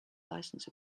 license